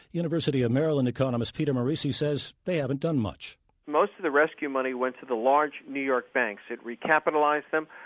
university of maryland economist peter morici says they haven't done much most of the rescue money went to the large new york banks it recapitalized them.